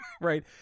Right